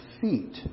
feet